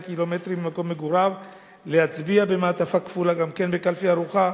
קילומטרים ממקום מגוריו להצביע במעטפה כפולה גם כן בקלפי הערוכה